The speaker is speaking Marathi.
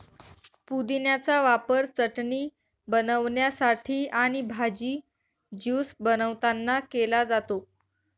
पुदिन्याचा वापर चटणी बनवण्यासाठी आणि भाजी, ज्यूस बनवतांना केला जातो